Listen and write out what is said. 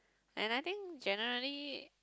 and I think generally